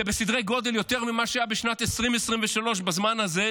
זה בסדרי גודל יותר ממה שהיה בשנת 2023 בזמן הזה,